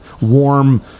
warm